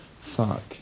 Fuck